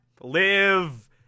live